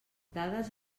dades